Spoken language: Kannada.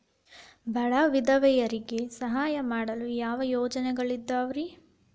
ಬಡ ವಿಧವೆಯರಿಗೆ ಸಹಾಯ ಮಾಡಲು ಯಾವ ಯೋಜನೆಗಳಿದಾವ್ರಿ?